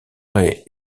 est